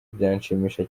byanshimisha